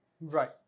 right